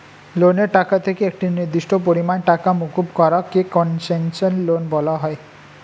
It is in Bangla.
লোনের টাকা থেকে একটি নির্দিষ্ট পরিমাণ টাকা মুকুব করা কে কন্সেশনাল লোন বলা হয়